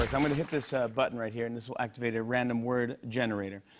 like i'm gonna hit this button right here, and this will activate a random word generator.